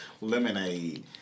lemonade